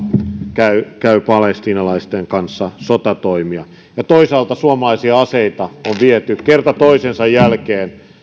käy käy palestiinalaisten kanssa sotatoimia ja toisaalta suomalaisia aseita on viety kerta toisensa jälkeen